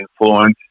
influence